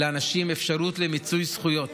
לאנשים אפשרות למיצוי זכויות.